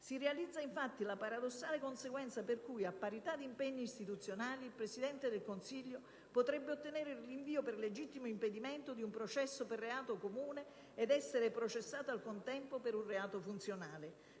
Si realizza, infatti, la paradossale conseguenza per cui, a parità di impegni istituzionali, il Presidente del Consiglio potrebbe ottenere il rinvio per legittimo impedimento di un processo per reato comune ed essere processato, al contempo, per un reato funzionale.